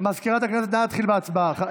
מזכירת הכנסת, נא להתחיל בהצבעה.